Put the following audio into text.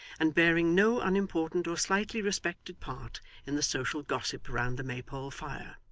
and bearing no unimportant or slightly respected part in the social gossip round the maypole fire.